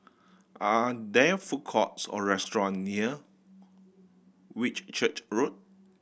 are there food courts or restaurant near Whitchurch Road